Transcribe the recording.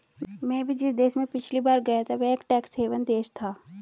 मैं भी जिस देश में पिछली बार गया था वह एक टैक्स हेवन देश था